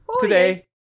today